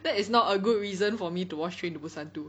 that is not a good reason for me to watch train to Busan two